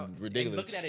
ridiculous